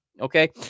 okay